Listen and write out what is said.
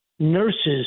Nurses